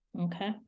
Okay